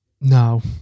no